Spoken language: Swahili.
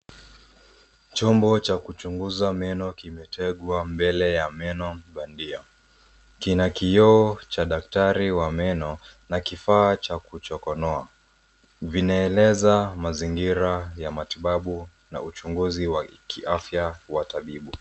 Chombo cha kuchunguza meno kimetewa mbele ya meno bandia. Kina kioo cha daktari wa meno na kifaa cha kuchokonoa. Vinaeleza mazingira ya matibabu na uchunguzi wa kiafya wa tabibu.